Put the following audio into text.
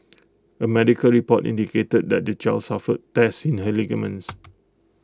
A medical report indicated that the child suffered tears in her ligaments